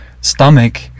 stomach